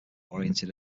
oriented